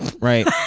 Right